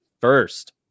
first